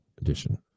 Edition